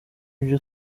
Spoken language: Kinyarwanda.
byo